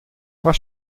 was